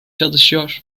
çalışıyor